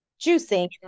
juicing